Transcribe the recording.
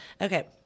Okay